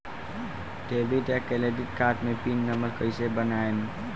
Debit या credit card मे pin number कैसे बनाएम?